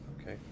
Okay